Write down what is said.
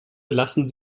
lassen